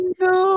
no